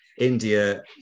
India